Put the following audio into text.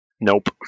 Nope